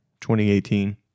2018